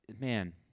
man